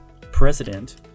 president